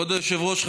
כבוד היושב-ראש,